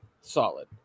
Solid